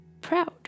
proud